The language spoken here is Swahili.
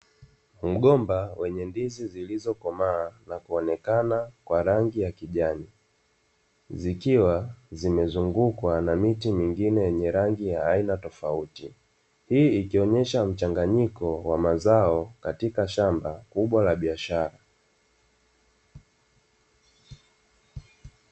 Mgomba wenye ndizi, zilizokomaa na kuonekana kwa rangi ya kijani, zikiwa zimezungukwa na miti mingine yenye rangi ya aina tofauti, hii ikionyesha mchanganyiko wa mazao katika shamba kubwa la biashara.